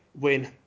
win